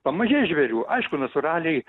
pamažės žvėrių aišku natūraliai